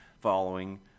following